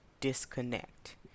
disconnect